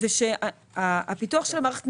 הוא שהפיתוח של המערכת,